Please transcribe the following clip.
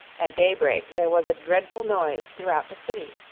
at daybreak there was a dreadful noise throughout the city.